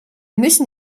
müssen